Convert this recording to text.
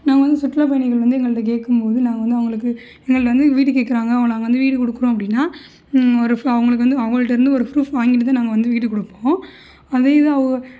நாங்கள் வந்து சுற்றுலாப் பயணிகள் வந்து எங்கள்கிட்ட கேட்கும் போது நாங்கள் வந்து அவங்களுக்கு எங்களை வந்து வீடு கேக்கிறாங்க அவங்க நாங்கள் வந்து வீடு கொடுக்குறோம் அப்படின்னா ஒரு அவங்களுக்கு வந்து அவங்கள்ட்ட இருந்து ஒரு புரூஃப் வாங்கிகிட்டுதான் நாங்கள் வந்து வீடு கொடுப்போம்